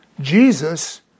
Jesus